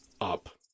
up